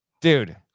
Dude